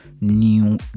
new